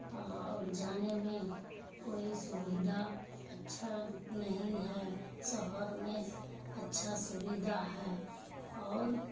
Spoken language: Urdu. اور جانے میں کوئی سویدھا اچھا نہیں ہے شہر میں اچھا سویدھا ہے اور